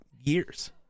years